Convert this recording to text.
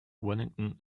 wellington